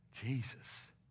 Jesus